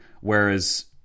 Whereas